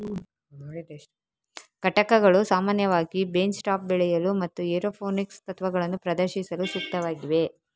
ಘಟಕಗಳು ಸಾಮಾನ್ಯವಾಗಿ bench top ಬೆಳೆಯಲು ಮತ್ತು ಏರೋಪೋನಿಕ್ಸ್ ತತ್ವಗಳನ್ನು ಪ್ರದರ್ಶಿಸಲು ಸೂಕ್ತವಾಗಿವೆ